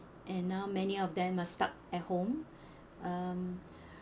and now many of them are stuck at home um